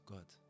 God